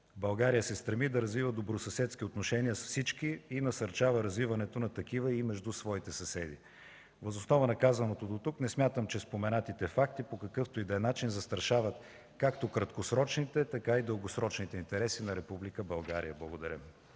България се стреми да развива добросъседски отношения с всички и насърчава развиването на такива и между своите съседи. Въз основа на казаното до тук, не смятам, че споменатите факти по какъвто и да е начин застрашават както краткосрочните, така и дългосрочните интереси на Република България. Благодаря